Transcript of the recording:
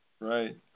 right